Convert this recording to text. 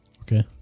Okay